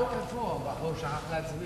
ההצעה שלא לכלול